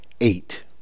eight